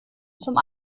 zum